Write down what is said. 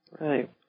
Right